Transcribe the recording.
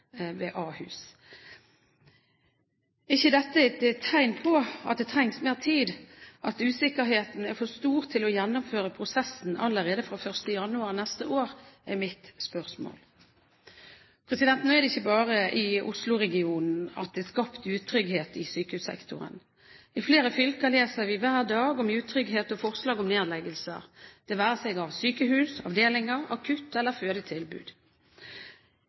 Er ikke dette et tegn på at det trengs mer tid, at usikkerheten er for stor til å gjennomføre prosessen allerede fra 1. januar neste år? Det er mitt spørsmål. Nå er det ikke bare i Oslo-regionen at det er skapt utrygghet i sykehussektoren. I flere fylker leser vi hver dag om utrygghet og forslag om nedleggelser, det være seg av sykehus, avdelinger, akutt- eller